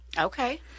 Okay